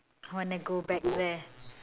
I want to go back there